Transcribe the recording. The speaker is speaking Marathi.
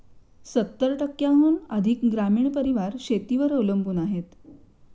सत्तर टक्क्यांहून अधिक ग्रामीण परिवार शेतीवर अवलंबून आहेत